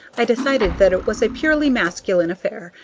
i decided that it was a purely masculine affair,